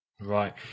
Right